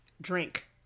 drink